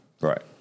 Right